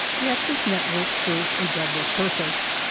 yet this network serves a double purpose.